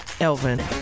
Elvin